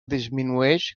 disminueix